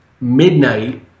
midnight